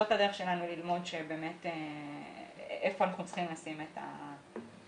זאת הדרך שלנו ללמוד היכן אנחנו צריכים לשים את הדגש.